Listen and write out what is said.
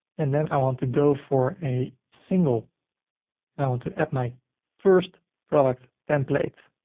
and then i want to go for a single and i want to add my first product template.